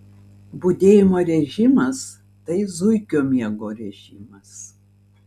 budėjimo režimas tai zuikio miego režimas